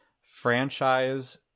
franchise